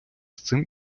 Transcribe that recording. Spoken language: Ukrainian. цим